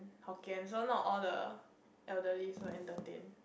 Hokkien so not all the elderlies were entertained